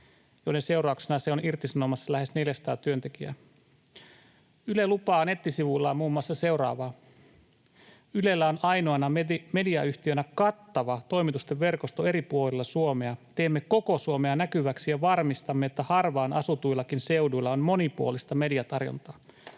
joiden seurauksena se on irtisanomassa lähes 400 työntekijää. Yle lupaa nettisivuillaan muun muassa seuraavaa: ”Ylellä on ainoana mediayhtiönä kattava toimitusten verkosto eri puolilla Suomea. Teemme koko Suomea näkyväksi ja varmistamme, että harvaan asutuillakin seuduilla on monipuolista mediatarjontaa.”